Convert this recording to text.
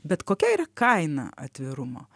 bet kokia yra kaina atvirumo